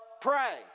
pray